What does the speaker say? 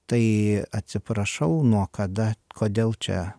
tai atsiprašau nuo kada kodėl čia